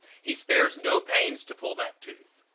he spares no pains to pull that tooth.